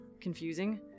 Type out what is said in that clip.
confusing